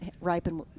ripen